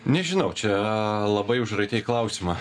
nežinau čia labai užraitei klausimą